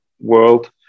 world